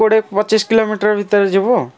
କୋଡ଼ିଏ ପଚିଶ କିଲୋମିଟର୍ ଭିତରେ ଯିବୁ